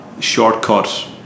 shortcut